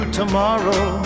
tomorrow